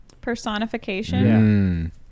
Personification